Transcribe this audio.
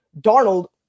Darnold